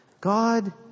God